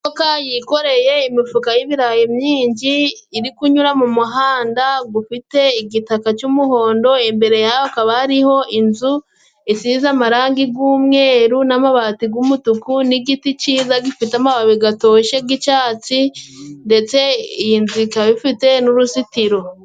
Imodoka yikoreye imifuka y'ibirayi myinji, iri kunyura mu muhanda gufite igitaka cy'umuhondo. Imbere yaho hakaba hariho inzu isize amarangi g'umweru n'amabati g'umutuku, n'igiti ciza gifite amababi gatoshe g'icyatsi ndetse iyi nzu ikaba ifite n'uruzitiro.